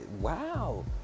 Wow